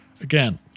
Again